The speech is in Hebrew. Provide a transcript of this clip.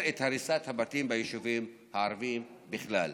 את הריסת הבתים ביישובים הערביים בכלל.